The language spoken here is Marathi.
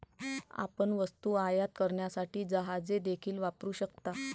आपण वस्तू आयात करण्यासाठी जहाजे देखील वापरू शकता